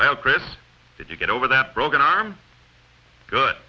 well chris if you get over that broken arm good